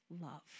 love